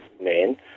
men